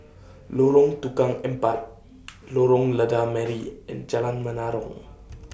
Lorong Tukang Empat Lorong Lada Merah and Jalan Menarong